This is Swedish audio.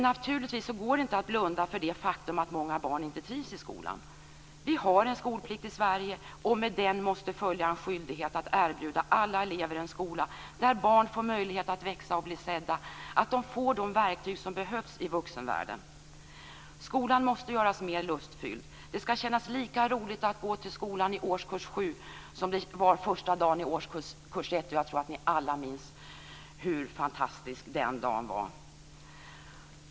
Naturligtvis går det inte att blunda för det faktum att många barn inte trivs i skolan. Vi har en skolplikt i Sverige, och med den måste följa en skyldighet att erbjuda alla elever en skola där barn får möjlighet att växa och bli sedda, där de får de verktyg som behövs i vuxenvärlden. Skolan måste göras mer lustfylld. Det skall kännas lika roligt att gå till skolan i årskurs 7 som första dagen i årskurs 1 - jag tror att ni alla minns hur fantastisk den dagen var.